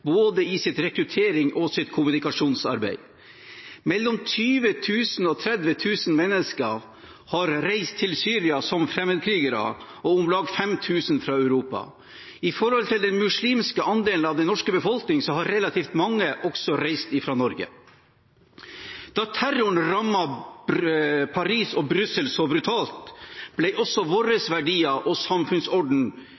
både sitt rekrutterings- og kommunikasjonsarbeid. Mellom 20 000 og 30 000 mennesker har reist til Syria som fremmedkrigere, om lag 5 000 fra Europa. I forhold til den muslimske andelen av den norske befolkningen har relativt mange reist fra Norge. Da terroren rammet Paris og Brussel så brutalt, ble også våre verdier og vår